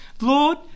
Lord